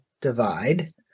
divide